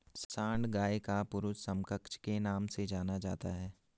सांड गाय का पुरुष समकक्ष के नाम से जाना जाता है